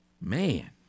Man